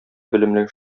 белемле